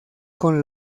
con